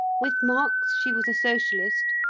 with marx she was a socialist,